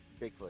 Bigfoot